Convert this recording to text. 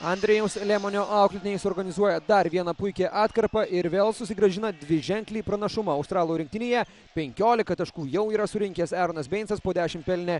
andrejaus lemonio auklėtiniai suorganizuoja dar vieną puikią atkarpą ir vėl susigrąžina dviženklį pranašumą australų rinktinėje penkiolika taškų jau yra surinkęs eronas beincas po dešimt pelnė